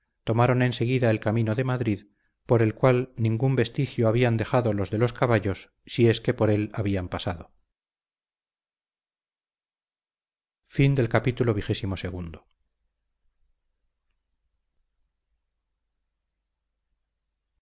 tomaron en seguida el camino de madrid por el cual ningún vestigio habían dejado los de los caballos si es que por él habían pasado